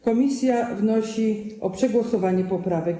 Komisja wnosi o przegłosowanie poprawek.